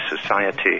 society